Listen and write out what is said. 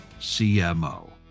CMO